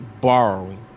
borrowing